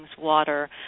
water